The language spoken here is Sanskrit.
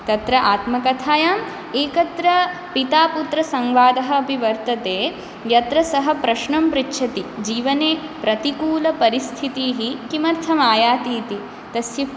तत्र आत्मकथायाम् एकत्र पितापुत्रसंवादः अपि वर्तते यत्र सः प्रश्नं पृच्छति जीवने प्रतिकूलपरिस्थितिः किमर्थम् आयाति इति तस्य